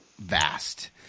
vast